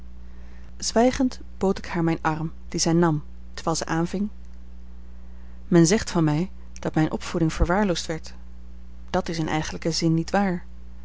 bood ik haar mijn arm dien zij nam terwijl zij aanving men zegt van mij dat mijne opvoeding verwaarloosd werd dat is in eigenlijken zin niet waar